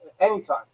Anytime